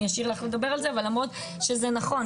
אני אשאיר לך לדבר על זה למרות שזה נכון,